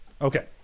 Okay